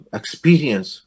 experience